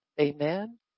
Amen